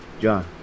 John